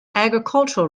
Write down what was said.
agricultural